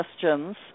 questions